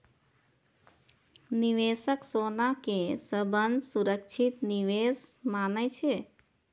निवेशक सोना कें सबसं सुरक्षित निवेश मानै छै